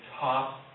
top